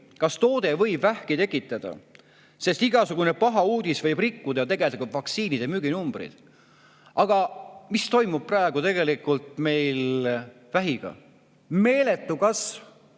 kas toode võib vähki tekitada, sest igasugune paha uudis võib rikkuda vaktsiinide müüginumbrid. Aga mis toimub praegu tegelikult meil vähiga? Meeletu kasv!